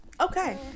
Okay